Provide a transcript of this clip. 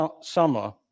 summer